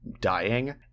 dying